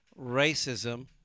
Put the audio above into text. racism